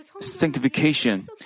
sanctification